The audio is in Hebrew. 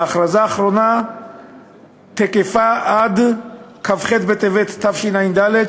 וההכרזה האחרונה תקפה עד כ"ח בטבת תשע"ד,